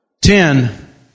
Ten